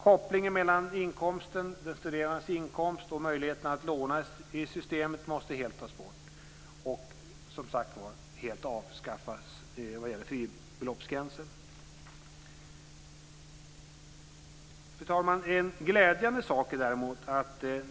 Kopplingen mellan den studerandes inkomst och möjligheten att låna i studiestödssystemet måste helt tas bort, helt avskaffas vad gäller fribeloppsgränsen. Fru talman!